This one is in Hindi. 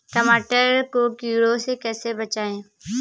टमाटर को कीड़ों से कैसे बचाएँ?